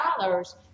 dollars